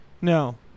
No